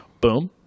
Boom